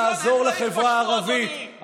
לעזור לחברה הערבית.